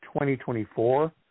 2024